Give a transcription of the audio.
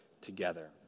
together